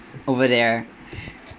over there